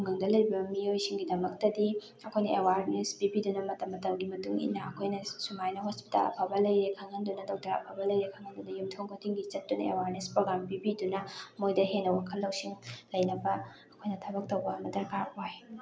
ꯈꯨꯡꯒꯪꯗ ꯂꯩꯕ ꯃꯤꯑꯣꯏꯁꯤꯡꯒꯤꯗꯃꯛꯇꯗꯤ ꯑꯩꯈꯣꯏꯅ ꯑꯦꯋꯥꯔꯅꯦꯁ ꯄꯤꯕꯤꯗꯨꯅ ꯃꯇꯝ ꯃꯇꯝꯒꯤ ꯃꯇꯨꯡꯏꯟꯅ ꯑꯩꯈꯣꯏꯅ ꯁꯨꯃꯥꯏꯅ ꯍꯣꯁꯄꯤꯇꯥꯜ ꯑꯐꯕ ꯂꯩꯔꯦ ꯈꯪꯍꯟꯗꯨꯅ ꯗꯣꯛꯇꯔ ꯑꯐꯕ ꯂꯩꯔꯦ ꯈꯪꯍꯟꯗꯨꯅ ꯌꯨꯝꯊꯣꯡ ꯈꯨꯗꯤꯡꯒꯤ ꯆꯠꯇꯨꯅ ꯑꯋꯥꯔꯅꯦꯁ ꯄ꯭ꯔꯣꯒꯥꯝ ꯄꯤꯕꯤꯗꯨꯅ ꯃꯣꯏꯗ ꯍꯦꯟꯅ ꯋꯥꯈꯜ ꯂꯧꯁꯤꯡ ꯂꯩꯅꯕ ꯑꯩꯈꯣꯏꯅ ꯊꯕꯛ ꯇꯧꯕ ꯑꯃ ꯗꯔꯀꯥꯔ ꯑꯣꯏ